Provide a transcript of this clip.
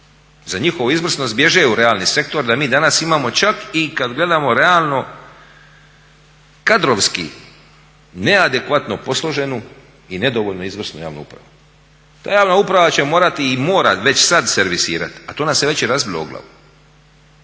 za njihovu izvrsnost bježe u realni sektor da mi danas imamo čak i kada gledamo realno kadrovski neadekvatno posloženu i nedovoljno izvrsnu javnu upravu. Ta javna uprava će morati i mora već sada servisirati a to nam se već i razbilo o glavu.